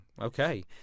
Okay